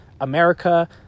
america